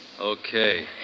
Okay